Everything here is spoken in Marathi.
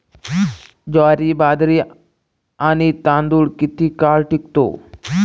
ज्वारी, बाजरी आणि तांदूळ किती काळ टिकतो?